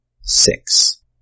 Six